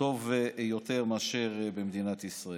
טוב יותר מאשר במדינת ישראל.